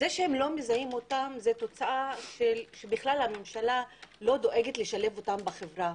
זה שהם לא מזהים אותם זה תוצאה שהממשלה לא דואגת לשלב אותם בחברה,